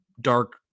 dark